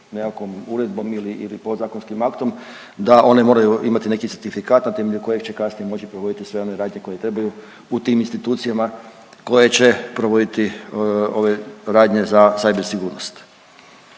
nekakvom uredbom ili podzakonskim aktom da one moraju imati neki certifikat na temelju kojeg će kasnije moći provoditi sve one radnje koje trebaju u tim institucijama koje će provoditi ove radnje za cyber sigurnost.